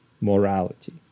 morality